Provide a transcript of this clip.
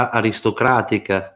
aristocratica